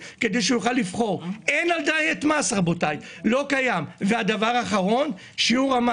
מדברים על כך שהשיעור האפקטיבי הוא 20%. אנחנו מדברים על שיעור שבין 50%